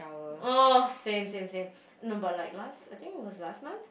oh same same same no but like last I think it was last month